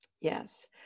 Yes